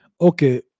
Okay